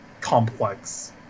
complex